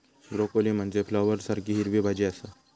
broccoli म्हनजे फ्लॉवरसारखी हिरवी भाजी आसा